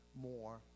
more